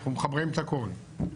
אנחנו מחברים את הכול.